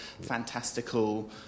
fantastical